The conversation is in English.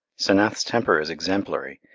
senath's temper is exemplary,